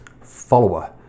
follower